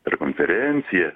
per konferenciją